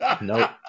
Nope